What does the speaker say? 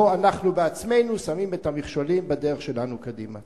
פה אנחנו בעצמנו שמים את המכשולים בדרך שלנו קדימה.